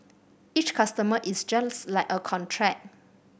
each customer is just like a contract